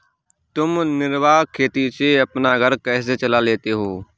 तुम निर्वाह खेती से अपना घर कैसे चला लेते हो?